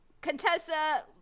Contessa